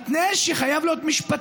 מתנה, הוא חייב להיות משפטן.